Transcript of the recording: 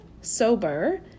sober